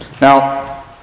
Now